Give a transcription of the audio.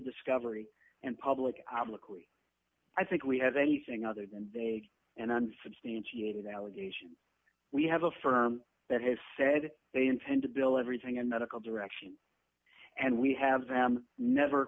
discovery and public obloquy i think we have anything other than vague and unsubstantiated allegations we have a firm that has said they intend to bill every thing in medical direction and we have them never